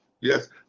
Yes